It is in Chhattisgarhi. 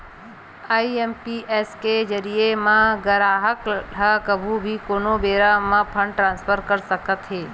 आई.एम.पी.एस के जरिए म गराहक ह कभू भी कोनो बेरा म फंड ट्रांसफर कर सकत हे